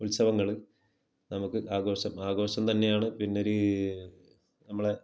ഉത്സവങ്ങൾ നമുക്ക് ആഘോഷം ആഘോഷം തന്നെയാണ് പിന്നൊരു നമ്മളെ